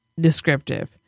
descriptive